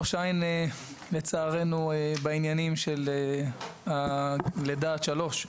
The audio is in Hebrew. ראש העין לצערנו בעניינים של לידה עד שלוש.